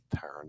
turn